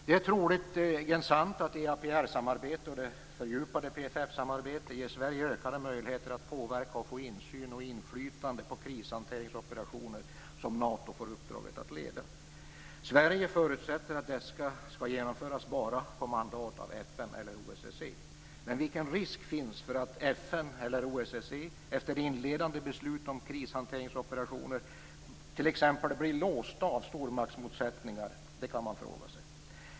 Det är troligen sant att EAPR-samarbetet och det fördjupade PFF-samarbetet ger Sverige ökade möjligheter att påverka och få insyn i och inflytande på krishanteringsoperationer som Nato får uppdraget att leda. Sverige förutsätter att dessa skall genomföras enbart på mandat av FN eller OSSE. Men vilken risk finns för att FN eller OSSE efter inledande beslut om krishanteringsoperationer t.ex. blir låsta av stormaktsmotsättningar? Det kan man fråga sig.